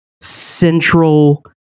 central